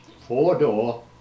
four-door